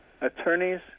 Attorneys